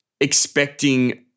expecting